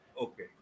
Okay